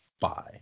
Bye